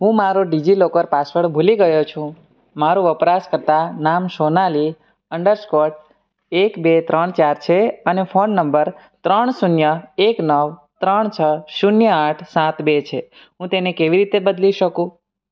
હું મારો DigiLocker password ભૂલી ગયો છું મારું વપરાશકર્તા નામ સોનાલી અંડર સ્કોર એક બે ત્રણ ચાર છે અને ફોન નંબર ત્રણ શૂન્ય એક નવ ત્રણ છ શૂન્ય આઠ સાત બે છે હું તેને કેવી રીતે બદલી શકું